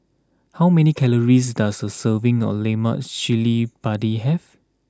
how many calories does a serving of Lemak Cili Padi have